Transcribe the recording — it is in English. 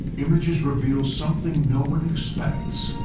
images reveal something no one expects